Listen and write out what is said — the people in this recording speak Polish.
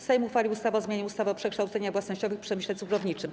Sejm uchwalił ustawę o zmianie ustawy o przekształceniach własnościowych w przemyśle cukrowniczym.